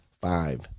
five